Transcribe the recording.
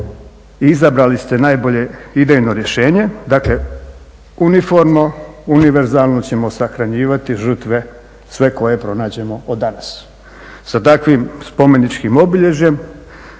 izabrali ste najbolje idejno rješenje, dakle uniformno, univerzalno ćemo sahranjivati žrtve sve koje pronađemo od danas. Sa takvim spomeničkim obilježjem